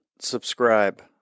subscribe